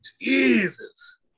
Jesus